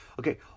Okay